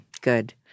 Good